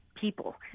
people